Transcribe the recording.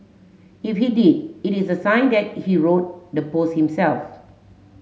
if he did it is a sign that he wrote the post himself